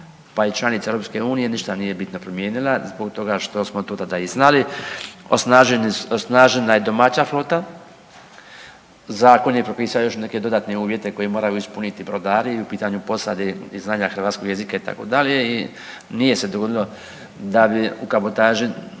pa i članica EU ništa nije bitno promijenila zbog toga što smo to tada i znali. Osnažena je domaća flota, zakon je propisao još neke dodatne uvjete koje moraju ispuniti brodari i u pitanju posade i znanja hrvatskog jezika itd. i nije se dogodilo da bi u kabotaži,